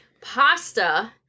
Pasta